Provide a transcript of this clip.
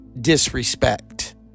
disrespect